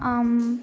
आम्